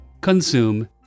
consume